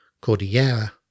Cordillera